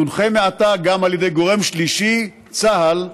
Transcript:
תונחה מעתה גם על ידי גורם שלישי, צה"ל,